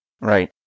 Right